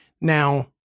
Now